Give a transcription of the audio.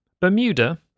Bermuda